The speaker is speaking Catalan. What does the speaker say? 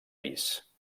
pis